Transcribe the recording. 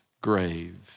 grave